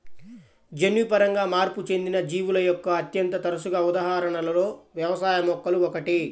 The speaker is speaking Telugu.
జన్యుపరంగా మార్పు చెందిన జీవుల యొక్క అత్యంత తరచుగా ఉదాహరణలలో వ్యవసాయ మొక్కలు ఒకటి